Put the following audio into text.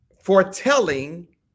foretelling